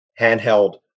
handheld